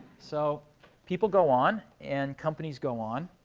so people go on, and companies go on.